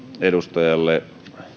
edustajalle